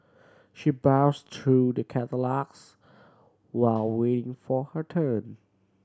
she browsed through the catalogues while waiting for her turn